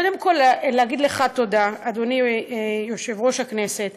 וקודם כול להגיד לך תודה, אדוני, יושב-ראש הכנסת.